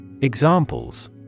Examples